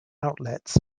outlets